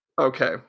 Okay